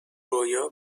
رویا